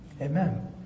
Amen